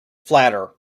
flatter